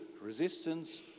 resistance